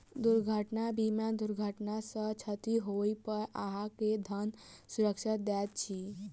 दुर्घटना बीमा दुर्घटना सॅ क्षति होइ पर अहाँ के धन सुरक्षा दैत अछि